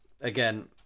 Again